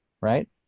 right